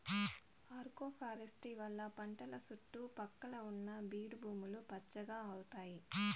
agroforestry వల్ల పంటల సుట్టు పక్కల ఉన్న బీడు భూములు పచ్చగా అయితాయి